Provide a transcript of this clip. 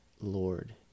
Lord